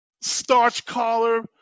starch-collar